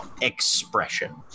expression